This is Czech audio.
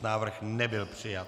Návrh nebyl přijat.